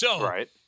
Right